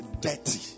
dirty